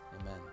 Amen